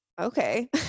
okay